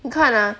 你看啊